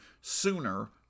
sooner